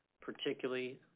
particularly